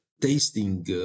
tasting